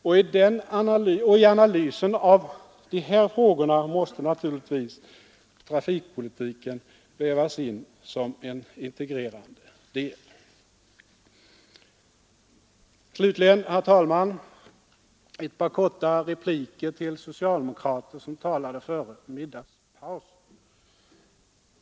Och i analysen av de här frågorna måste naturligtvis trafikpolitiken vävas in som en integrerande del. Slutligen, herr talman, ett par korta repliker till socialdemokrater som talade före middagspausen.